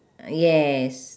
yes